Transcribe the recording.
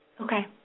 Okay